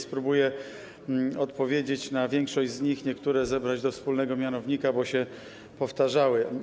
Spróbuję odpowiedzieć na większość z nich, niektóre zebrać do wspólnego mianownika, bo się powtarzały.